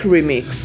Remix